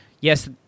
yes